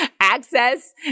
access